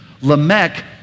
Lamech